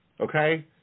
okay